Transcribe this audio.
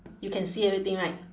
you can see everything right